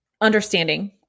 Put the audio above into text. understanding